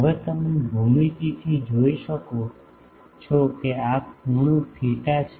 હવે તમે ભૂમિતિથી જોઈ શકો છો કે આ ખૂણો થેટા છે